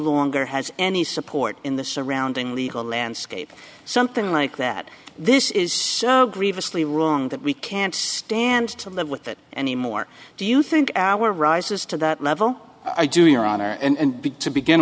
longer has any support in the surrounding legal landscape something like that this is grievously wrong that we can't stand to live with it anymore do you think our rises to that level i do your honor and b to begin